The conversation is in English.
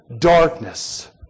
darkness